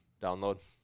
download